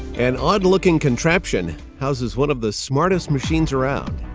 an odd-looking contraption houses one of the smartest machines around.